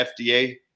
FDA